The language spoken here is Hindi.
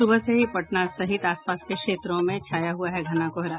सुबह से ही पटना सहित आप पास के क्षेत्रों में छाया हुआ है घना कोहरा